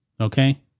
Okay